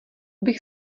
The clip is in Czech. bych